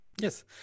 Yes